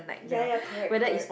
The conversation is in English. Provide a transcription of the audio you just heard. ya ya correct correct